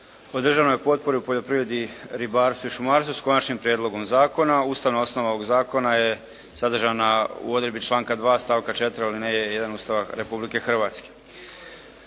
državnoj potpori u poljoprivredi, ribarstvu i šumarstvu, s Konačnim prijedlogom zakona. Ustavna osnova ovog zakona je sadržana u određbi članka 2. stavka 4. alineje 1. Ustava Republike Hrvatske.